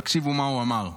תקשיבו מה הוא אמר: